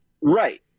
Right